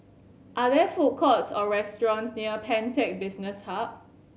are there food courts or restaurants near Pantech Business Hub